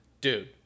Dude